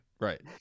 Right